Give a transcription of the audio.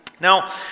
Now